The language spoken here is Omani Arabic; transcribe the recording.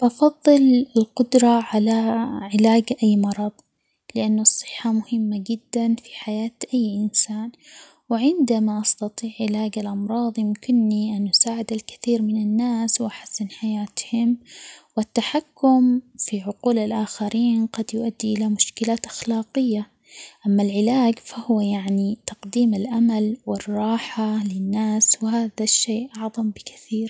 بفضل القدرة على علاج أي مرض؛ لأن الصحة مهمة جدا في حياة أي إنسان ،وعندما استطيع علاج الأمراض يمكنني أن أساعد الكثير من الناس ،وأحسن حياتهم ،والتحكم في عقول الآخرين قد يؤدي إلى مشكلات أخلاقية، أما العلاج فهو يعني تقديم الأمل والراحة للناس، وهذا الشيء أعظم بكثير.